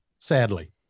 Sadly